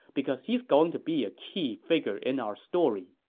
because he's going to be a key figure in our story.